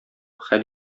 хәл